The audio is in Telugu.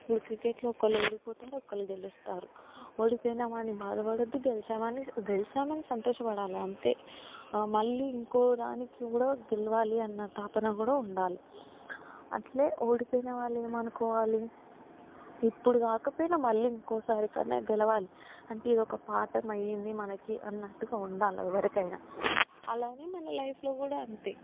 ఇప్పుడు క్రికెట్లో ఒకళ్ళు ఓడిపోతారు ఒకళ్ళు గెలుస్తారు ఓడిపోయిన వాళ్లు బాధపడుతూ గెలిచిన వారిని గెలిచామని సంతోషపడాలా అంతే మళ్ళీ ఇంకోదానికి కూడా గెలవాలి అన్న తాపన కూడా ఉండాలి అట్లే ఓడిపోయిన వాళ్ళు ఏమనుకోవాలి ఇప్పుడు కాకపోయినా మళ్లీ ఇంకోసారికైనా గెలవాలి అంటే ఇది ఒక పాఠం అయ్యింది మనకి అన్నట్టుగా ఉండాలి ఎవరికైనా అలానే మన లైఫ్లో కూడా అంతే